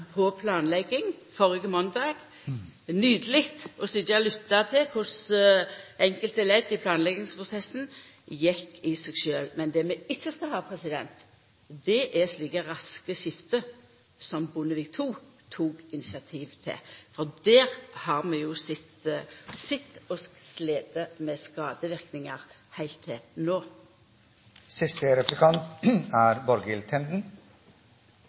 planlegging – det var førre måndag. Det var nydeleg å sitja og lytta til korleis enkelte ledd i planleggingsprosessen gjekk i seg sjølve. Men det vi ikkje skal ha, er slike raske skift som Bondevik II tok initiativ til, for der har vi slite med skadeverknader heilt til